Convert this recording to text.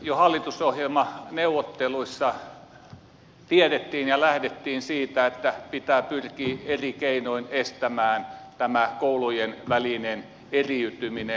jo hallitusohjelmaneuvotteluissa tiedettiin se ja lähdettiin siitä että pitää pyrkiä eri keinoin estämään tämä koulujen välinen eriytyminen